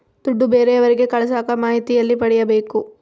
ದುಡ್ಡು ಬೇರೆಯವರಿಗೆ ಕಳಸಾಕ ಮಾಹಿತಿ ಎಲ್ಲಿ ಪಡೆಯಬೇಕು?